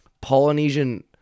Polynesian